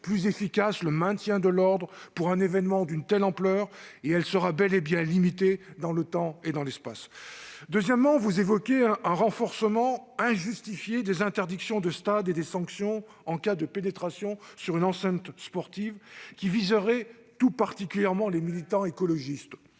plus efficace le maintien de l'ordre pour un événement d'une telle ampleur et elle sera bel et bien limitée dans le temps et dans l'espace. C'est inexact ! Deuxièmement, vous évoquez un renforcement injustifié des interdictions de stade et des sanctions en cas de pénétration dans une enceinte sportive, disposition qui viserait tout particulièrement les militants écologistes.